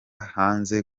hanze